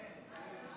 כן.